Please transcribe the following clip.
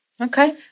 Okay